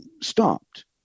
stopped